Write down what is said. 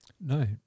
No